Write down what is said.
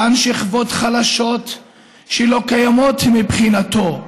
אותן שכבות חלשות לא קיימות מבחינתו.